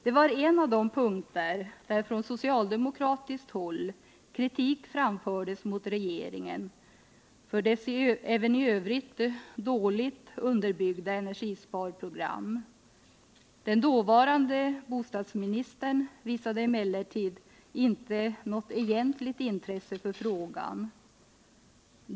Det var en av de punkter där från socialdemokratiskt håll kritik framfördes mot regeringens även i övrigt dåligt underbyggda energisparprogram. Den dåvarande bostadsministern visade emellertid inte något egentligt intresse för frågan.